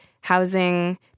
housing